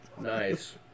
Nice